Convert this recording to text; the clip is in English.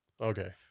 Okay